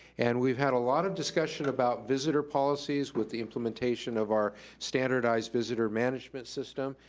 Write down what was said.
and we've had a lot of discussion about visitor policies with the implementation of our standardized visitor management system.